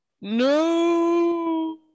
no